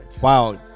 Wow